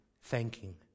thanking